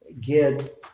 get